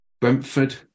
Brentford